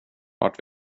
vart